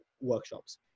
workshops